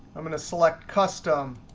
i'm going to select custom,